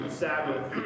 Sabbath